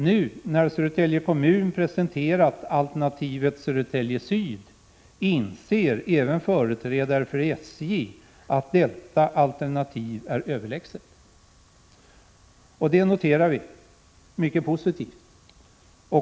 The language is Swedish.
Nu när Södertälje kommun har presenterat alternativet Södertälje Syd inser även företrädare för SJ att detta alternativ är överlägset. Det noterar vi som mycket positivt.